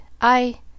I